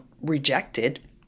rejected